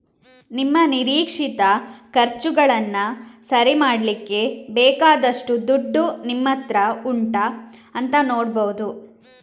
ನಿಮ್ಮ ನಿರೀಕ್ಷಿತ ಖರ್ಚುಗಳನ್ನ ಸರಿ ಮಾಡ್ಲಿಕ್ಕೆ ಬೇಕಾದಷ್ಟು ದುಡ್ಡು ನಿಮ್ಮತ್ರ ಉಂಟಾ ಅಂತ ನೋಡ್ಬಹುದು